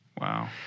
Wow